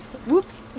whoops